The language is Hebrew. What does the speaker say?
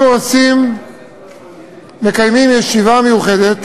אנחנו מקיימים ישיבה מיוחדת